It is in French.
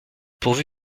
pourvu